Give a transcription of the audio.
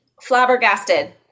flabbergasted